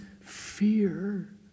fear